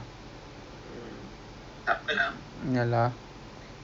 or one mega jump then